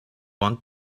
want